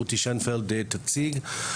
הגברת רותי שינפלד תציג אותה בפניכם,